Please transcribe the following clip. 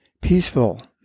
Peaceful